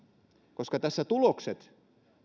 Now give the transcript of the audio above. koska tulokset